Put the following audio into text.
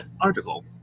article